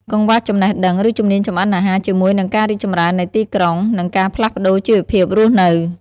កង្វះចំណេះដឹង ឬជំនាញចម្អិនអាហារជាមួយនឹងការរីកចម្រើននៃទីក្រុង និងការផ្លាស់ប្តូរជីវភាពរស់នៅ ។